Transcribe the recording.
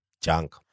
Junk